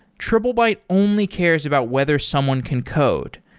triplebyte only cares about whether someone can code.